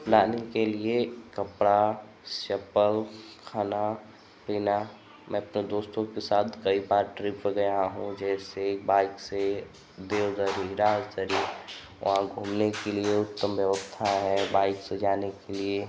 planning के लिए कपड़ा चप्पल खाना पीना मैं अपने दोस्तों के साथ कई बार ट्रिप पर गया हूँ जैसे बाइक़ से वहाँ घूमने के लिए उत्तम व्यवस्था है बाइक़ से जाने के लिए